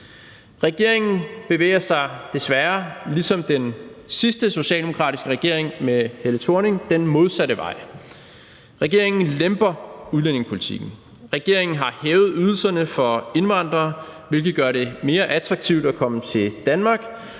Regeringen bevæger sig desværre, ligesom den sidste socialdemokratiske regering med Helle Thorning-Schmidt, den modsatte vej. Regeringen lemper udlændingepolitikken. Regeringen har hævet ydelserne for indvandrere, hvilket gør det mere attraktivt at komme til Danmark,